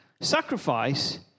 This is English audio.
sacrifice